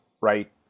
right